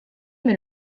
mais